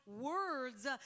words